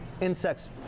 Insects